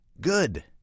good